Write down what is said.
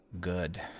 good